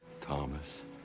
Thomas